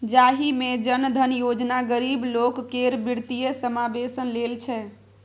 जाहि मे जन धन योजना गरीब लोक केर बित्तीय समाबेशन लेल छै